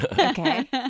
Okay